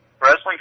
Wrestling